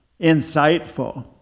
insightful